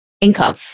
income